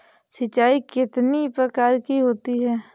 सिंचाई कितनी प्रकार की होती हैं?